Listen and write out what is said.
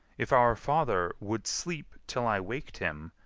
if our father would sleep till i waked him,